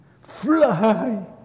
Fly